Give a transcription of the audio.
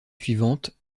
suivante